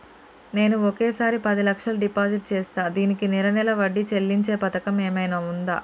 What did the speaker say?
నేను ఒకేసారి పది లక్షలు డిపాజిట్ చేస్తా దీనికి నెల నెల వడ్డీ చెల్లించే పథకం ఏమైనుందా?